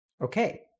Okay